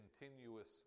continuous